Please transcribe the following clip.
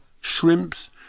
Shrimps